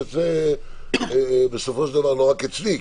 יוצא בסופו של דבר לא רק אצלי,